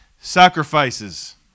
sacrifices